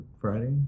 Friday